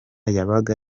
yabaga